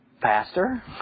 pastor